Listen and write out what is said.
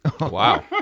Wow